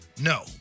No